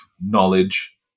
knowledge